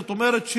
זאת אומרת,